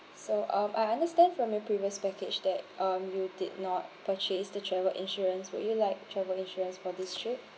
so um I understand from your previous package that um you did not purchase the travel insurance would you like travel insurance for this trip